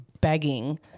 begging